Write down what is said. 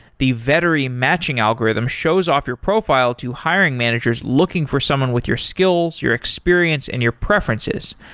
the vettery matching algorithm shows off your profile to hiring managers looking for someone with your skills, your experience and your preferences,